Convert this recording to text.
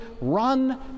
run